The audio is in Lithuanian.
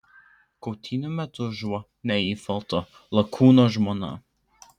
kautynių metu žuvo neifalto lakūno žmona